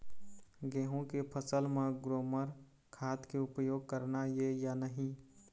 गेहूं के फसल म ग्रोमर खाद के उपयोग करना ये या नहीं?